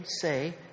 say